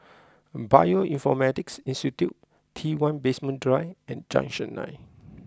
Bioinformatics Institute T one Basement Drive and Junction Nine